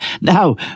Now